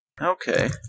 Okay